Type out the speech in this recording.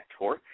tour